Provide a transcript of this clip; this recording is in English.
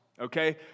okay